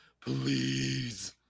please